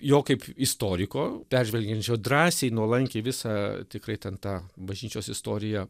jo kaip istoriko peržvelgiančio drąsiai nuolankiai visą tikrai ten tą bažnyčios istoriją